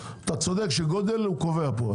גודל קובע פה.